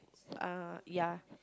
ah ya